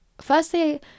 firstly